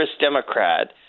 Democrat